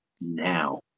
now